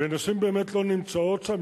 ונשים באמת לא נמצאות שם.